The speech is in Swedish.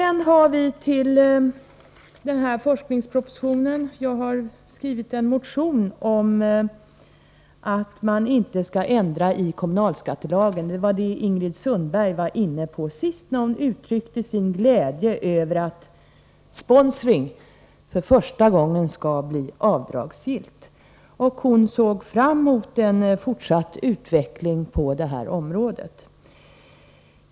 Jag har i anslutning till forskningspropositionen skrivit en motion om att det inte skall göras någon ändring i kommunalskattelagen på den punkt som är aktuell. Ingrid Sundberg var inne på detta när hon i sitt anförande nyss uttryckte sin glädje över att kostnader för sponsring för första gången skall bli avdragsgilla. Hon såg fram mot en fortsatt utveckling på det här området.